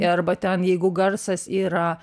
arba ten jeigu garsas yra